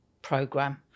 program